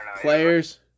players